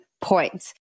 points